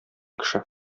кеше